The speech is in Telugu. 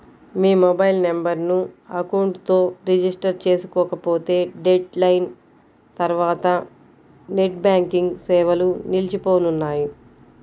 మీ మొబైల్ నెంబర్ను అకౌంట్ తో రిజిస్టర్ చేసుకోకపోతే డెడ్ లైన్ తర్వాత నెట్ బ్యాంకింగ్ సేవలు నిలిచిపోనున్నాయి